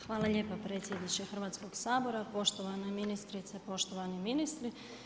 Hvala lijepo predsjedniče Hrvatskog sabora, poštovane ministrice, poštovani ministri.